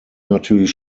natürlich